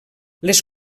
les